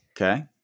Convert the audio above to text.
Okay